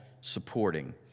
supporting